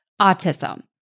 autism